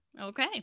Okay